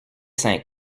cinq